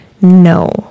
No